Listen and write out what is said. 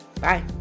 Bye